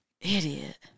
Idiot